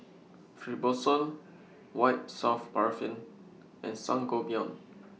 Fibrosol White Soft Paraffin and Sangobion